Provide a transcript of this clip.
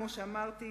כמו שאמרתי,